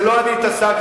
זה לא אני התעסקתי.